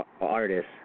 artist